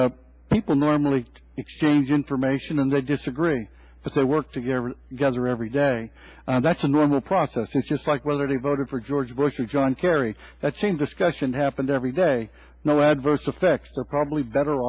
and people normally exchange information and they disagree but they work together gather every day that's a normal process and just like whether to voted for george bush or john kerry that same discussion happened every day no adverse effects are probably better